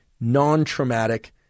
non-traumatic